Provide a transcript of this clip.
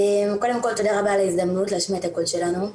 קודם כל תודה רבה על ההזדמנות להשמיע את הקול שלנו.